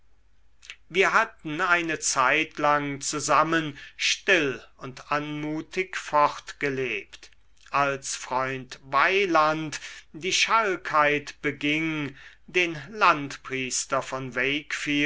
wir hatten eine zeitlang zusammen still und anmutig fortgelebt als freund weyland die schalkheit beging den landpriester von